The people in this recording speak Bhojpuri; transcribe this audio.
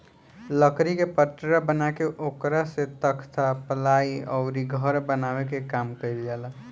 लकड़ी के पटरा बना के ओकरा से तख्ता, पालाइ अउरी घर बनावे के काम कईल जाला